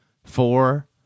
Four